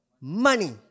money